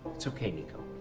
it's okay, nico.